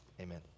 amen